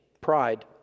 pride